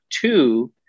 two